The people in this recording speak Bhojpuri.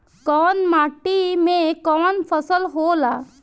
कवन माटी में कवन फसल हो ला?